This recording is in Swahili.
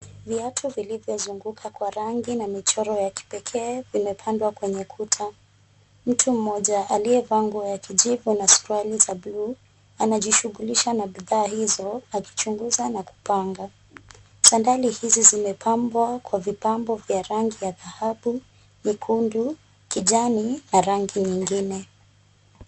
Viatu zilizozunguka kwa rangi na michoro ya kipekee imepandwa kwenye kuta. Mtu mmoja aliyevaa nguo ya kijivu na suruaki za bluu anaji shughulisha na bidhaa hizo akichunguza na kupanga. Sandali hizi zimepambwa kwa vipambo vya rangi ya dhahabu, nyekundu, kijani, na rangi nyingine.